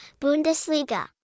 Bundesliga